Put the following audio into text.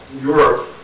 Europe